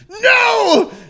No